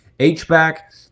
H-back